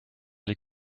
les